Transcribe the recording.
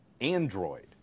Android